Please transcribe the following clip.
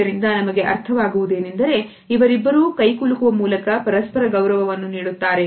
ಇದರಿಂದ ನಮಗೆ ಅರ್ಥವಾಗುವುದೇನೆಂದರೆ ಇವರಿಬ್ಬರೂ ಕೈಕುಲುಕುವ ಮೂಲಕ ಪರಸ್ಪರ ಗೌರವವನ್ನು ನೀಡುತ್ತಾರೆ